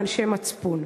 ואנשי מצפון.